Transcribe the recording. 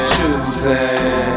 Choosing